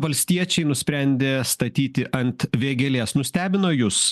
valstiečiai nusprendė statyti ant vėgėlės nustebino jus